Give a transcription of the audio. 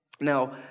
Now